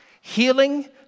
healing